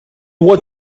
what